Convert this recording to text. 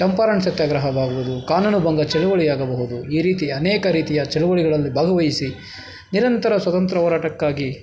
ಚಂಪಾರಣ್ ಸತ್ಯಾಗ್ರಹವಾಗುವುದು ಕಾನೂನು ಭಂಗ ಚಳುವಳಿಯಾಗಬಹುದು ಈ ರೀತಿ ಅನೇಕ ರೀತಿಯ ಚಳುವಳಿಗಳಲ್ಲಿ ಭಾಗವಹಿಸಿ ನಿರಂತರ ಸ್ವಾತಂತ್ರ್ಯ ಹೋರಾಟಕ್ಕಾಗಿ